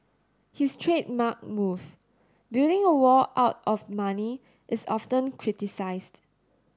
his trademark move building a wall out of money is often criticised